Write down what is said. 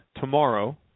tomorrow